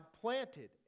planted